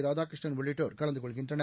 ராதாகிருஷ்ணன் உள்ளிட்டோர் கலந்து கொள்கின்றனர்